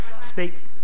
speak